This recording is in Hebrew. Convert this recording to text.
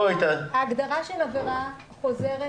ההגדרה "עבירה חוזרת"